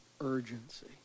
Urgency